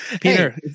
Peter